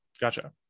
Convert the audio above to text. Gotcha